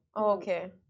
okay